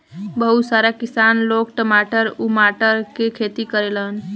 बहुत सारा किसान लोग टमाटर उमाटर के खेती करेलन